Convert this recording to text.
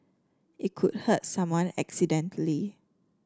it could hurt someone accidentally